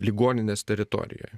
ligoninės teritorijoje